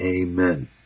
amen